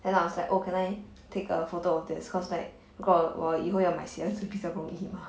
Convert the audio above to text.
then I was like oh can I take a photo of this because like 如果我以后要买鞋子比较容易吗